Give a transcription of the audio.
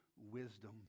wisdom